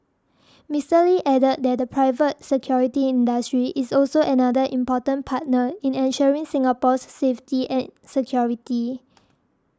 Mr Lee added that the private security industry is also another important partner in ensuring Singapore's safety and security